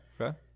okay